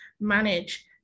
manage